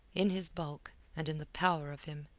in his bulk, and in the power of him.